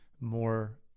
more